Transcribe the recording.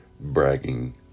bragging